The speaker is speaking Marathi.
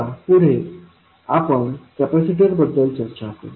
आता पुढे आपण कपॅसिटर बद्दल चर्चा करू